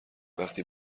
وقتی